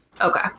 okay